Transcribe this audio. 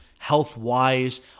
health-wise